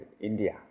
India